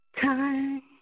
time